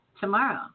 tomorrow